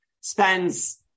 spends